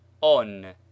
On